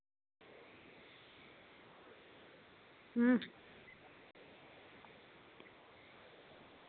अं